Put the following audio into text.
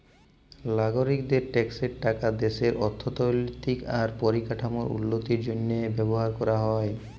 লাগরিকদের ট্যাক্সের টাকা দ্যাশের অথ্থলৈতিক আর পরিকাঠামোর উল্লতির জ্যনহে ব্যাভার ক্যরা হ্যয়